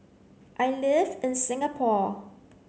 I live in Singapore